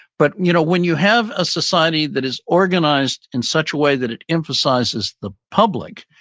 but you know when you have a society that is organized in such a way that it emphasizes the public,